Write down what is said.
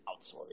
outsource